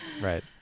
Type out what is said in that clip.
right